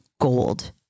gold